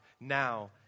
now